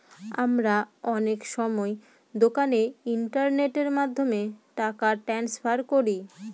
আমরা অনেক সময় দোকানে ইন্টারনেটের মাধ্যমে টাকা ট্রান্সফার করি